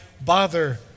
Bother